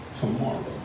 tomorrow